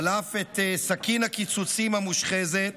שלף את סכין הקיצוצים המושחזת